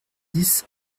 dix